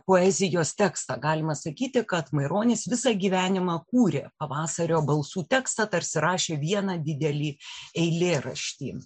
poezijos tekstą galima sakyti kad maironis visą gyvenimą kūrė pavasario balsų tekstą tarsi rašė vieną didelį eilėraštį